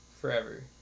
forever